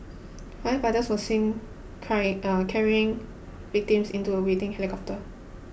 firefighters were seen carry carrying victims into a waiting helicopter